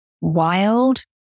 wild